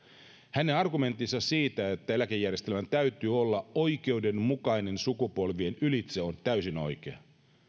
hänen argumenttinsa siitä että eläkejärjestelmän täytyy olla oikeudenmukainen sukupolvien ylitse on täysin oikea